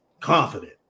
confident